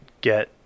get